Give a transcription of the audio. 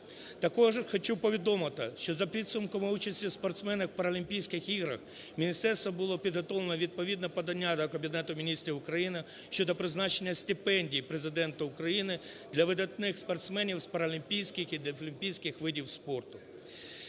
Також хочу повідомити, що за підсумками участі спортсменів в Паралімпійських іграх міністерством було підготовлено відповідне подання на Кабінет Міністрів України щодо призначення стипендії Президента України для видатних спортсменів для видатних спортсменів з паралімпійських і дефлімпійських видів спорту.